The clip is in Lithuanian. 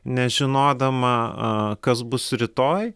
nežinodama a kas bus rytoj